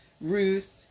Ruth